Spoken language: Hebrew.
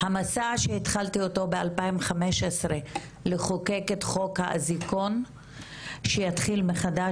המסע שהתחלתי אותו ב-2015 לחוקק את חוק האזיקון שיתחיל מחדש,